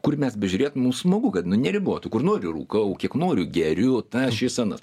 kur mes bežiūrėtum mums smagu kad nu neribotų kur noriu rūkau kiek noriu geriu tą šis anas